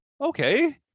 okay